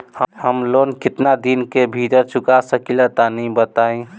हम लोन केतना दिन के भीतर चुका सकिला तनि बताईं?